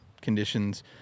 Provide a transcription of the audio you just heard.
conditions